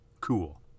cool